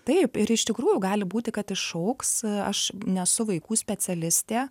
taip ir iš tikrųjų gali būti kad išaugs aš nesu vaikų specialistė